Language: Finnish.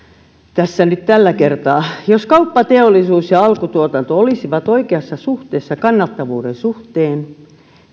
nyt tällä kertaa jos kauppa teollisuus ja alkutuotanto olisivat oikeassa suhteessa kannattavuuden suhteen